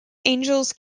angels